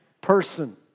person